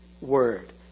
word